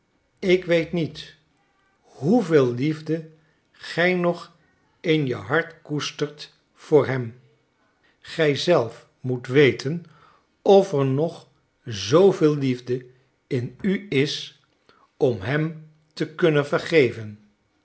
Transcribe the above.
ik weet niet hoeveel liefde gij nog in je hart koestert voor hem gij zelf moet weten of er nog zooveel liefde in u is om hem te kunnen vergeven